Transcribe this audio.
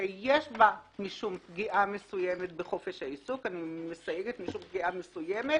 שיש בה משום פגיעה בחופש העיסוק אני מסייגת: פגיעה מסוימת,